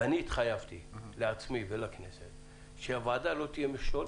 ואני התחייבתי לעצמי ולכנסת שהוועדה לא תהיה לשום